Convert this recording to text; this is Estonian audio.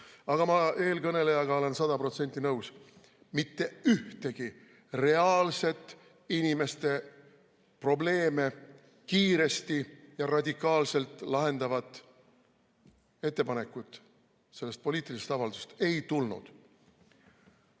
Aga ma olen eelkõnelejaga sada protsenti nõus: mitte ühtegi reaalset inimeste probleeme kiiresti ja radikaalselt lahendavat ettepanekut sellest poliitilisest avaldusest ei tulnud. Ma